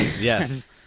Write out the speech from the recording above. yes